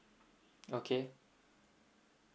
okay